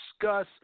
discuss